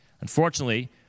Unfortunately